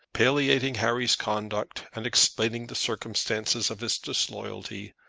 palliating harry's conduct, and explaining the circumstances of his disloyalty,